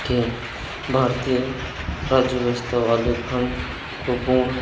के भारतीय राज्य व्यवस्था वाले खंड को पूर्ण